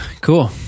cool